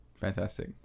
Fantastic